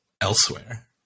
elsewhere